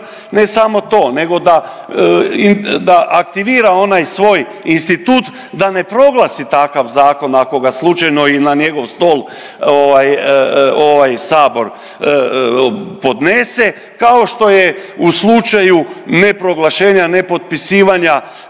ne samo to nego da i da aktivira onaj svoj institut da ne proglasi takav zakon ako ga slučajno i na njegov stol ovaj, ovaj sabor podnese kao što je u slučaju neproglašenja nepotpisivanja